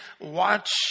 watch